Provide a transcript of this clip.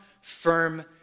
firm